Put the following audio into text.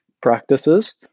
practices